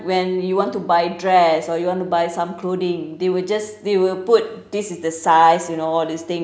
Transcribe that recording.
when you want to buy dress or you want to buy some clothing they will just they will put this is the size you know all this thing